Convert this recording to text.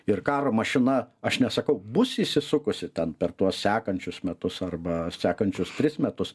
ir karo mašina aš nesakau bus įsisukusi ten per tuos sekančius metus arba sekančius tris metus